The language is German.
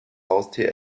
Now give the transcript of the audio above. haustier